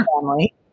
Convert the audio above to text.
family